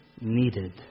needed